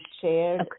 shared